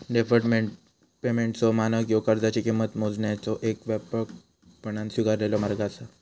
deferred पेमेंटचो मानक ह्यो कर्जाची किंमत मोजण्याचो येक व्यापकपणान स्वीकारलेलो मार्ग असा